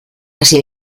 así